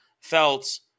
felt